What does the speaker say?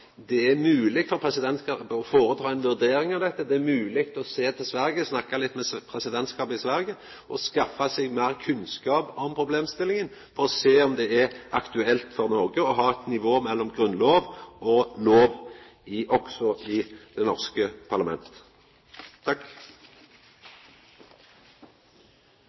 Det er mogleg for presidentskapet å foreta ei vurdering av dette. Det er mogleg å sjå til Sverige, snakka litt med presidentskapet i Sverige, og skaffa seg meir kunnskap om problemstillinga for å sjå om det er aktuelt for Noreg å ha eit nivå mellom grunnlov og lov – òg i det norske parlamentet.